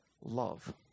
love